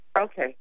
Okay